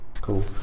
Cool